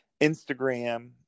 Instagram